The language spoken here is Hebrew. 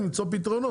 נמצא פתרונות.